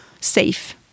safe